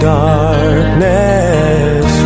darkness